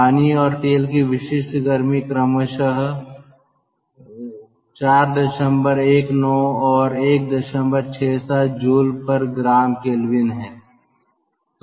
पानी और तेल की विशिष्ट गर्मी क्रमशः 419 और 167 J g K है